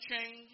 change